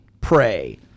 pray